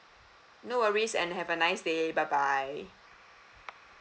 no worries and have a nice day bye bye